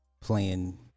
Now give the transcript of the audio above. playing